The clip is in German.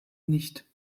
nicht